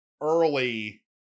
early